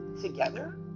together